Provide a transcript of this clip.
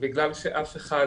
בגלל שאף אחד